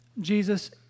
Jesus